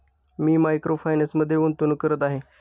मी micro फायनान्समध्ये गुंतवणूक करत आहे